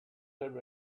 have